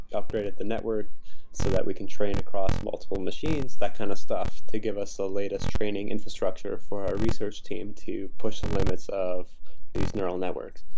graded the network so that we can train across multiple machines, that kind of stuff, to give us the latest training infrastructure for our research team to push the limits of these neural networks.